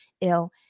ill